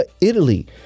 Italy